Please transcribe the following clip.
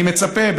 ואני מצפה,